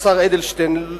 השר אדלשטיין,